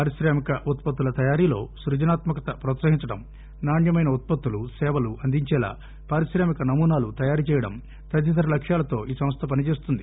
పారిశ్రామిక ఉత్పత్తుల తయారీలో స్ఫజనాత్మకతను ప్రోత్సహించడం నాణ్యమైన ఉత్పత్తులు సేవలు అందించేలా పారిశ్రామిక నమూనాలు తయారీ చేయడం తదితర లక్ష్యాలతో ఈ సంస్ల పని చేస్తుంది